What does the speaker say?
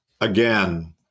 Again